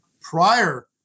prior